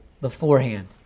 Beforehand